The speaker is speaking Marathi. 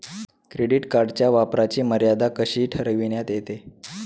क्रेडिट कार्डच्या वापराची मर्यादा कशी ठरविण्यात येते?